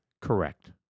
Correct